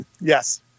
yes